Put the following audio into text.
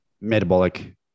metabolic